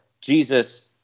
Jesus